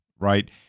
right